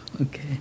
Okay